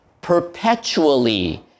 perpetually